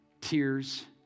tears